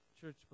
church